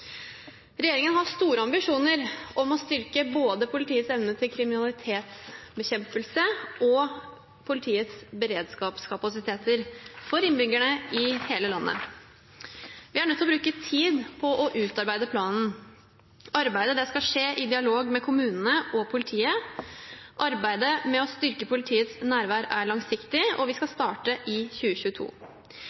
Regjeringen har store ambisjoner om å styrke både politiets evne til kriminalitetsbekjempelse og politiets beredskapskapasiteter for innbyggerne i hele landet. Vi er nødt til å bruke tid på å utarbeide planen. Arbeidet skal skje i dialog med kommunene og politiet. Arbeidet med å styrke politiets nærvær er langsiktig, og vi skal starte i 2022.